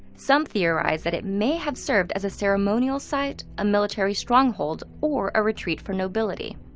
some theorize that it may have served as a ceremonial site, a military stronghold, or a retreat for nobility.